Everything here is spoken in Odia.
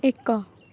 ଏକ